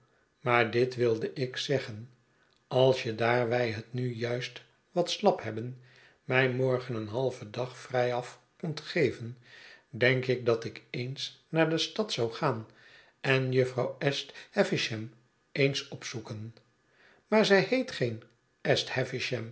maar dit wilde ik zeggen als je daar wij het nu juist wat slap hebben mij morgen een halven dag vrijaf kondt geven denk ik dat ik eens naar de stad zou gaan en jufvrouw est havisham eens opzoeken maar zij heet geen